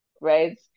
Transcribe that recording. right